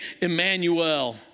Emmanuel